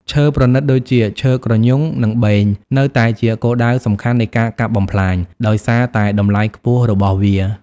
ឈើប្រណិតដូចជា ឈើគ្រញូង និងបេង នៅតែជាគោលដៅសំខាន់នៃការកាប់បំផ្លាញ ដោយសារតែតម្លៃខ្ពស់របស់វា។